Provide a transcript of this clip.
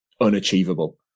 unachievable